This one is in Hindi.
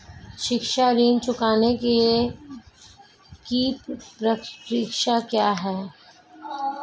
शिक्षा ऋण चुकाने की प्रक्रिया क्या है?